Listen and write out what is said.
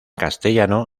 castellano